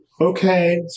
Okay